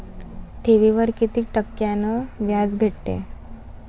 ठेवीवर कितीक टक्क्यान व्याज भेटते?